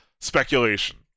speculation